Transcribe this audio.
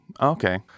Okay